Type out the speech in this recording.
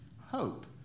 Hope